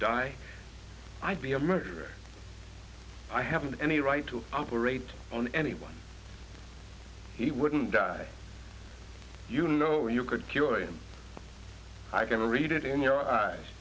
die i'd be a murderer i haven't any right to operate on anyone he wouldn't die you know you could cure him i can read it in your eyes